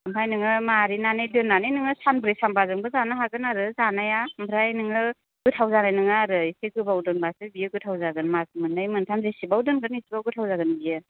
ओमफाय नोङो मारिनानै दोननानै नोङो सानब्रै सानबाजोंबो जानो हागोन आरो जानाया ओमफ्राय नोङो गोथाव जानाय नङा आरो एसे गोबाव दोनब्लासो बियो गोथाव जागोन मास मोननै मोनथाम जेसेबां दोनगोन एसेबां गोथाव जागोन बियो